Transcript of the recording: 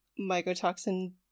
mycotoxin